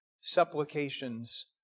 supplications